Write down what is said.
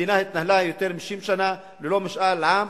המדינה התנהלה יותר מ-60 שנה ללא משאל עם,